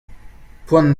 poan